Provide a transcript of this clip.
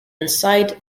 inside